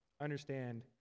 understand